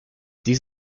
dies